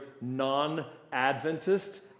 non-Adventist